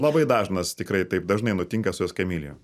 labai dažnas tikrai taip dažnai nutinka su eskamilijo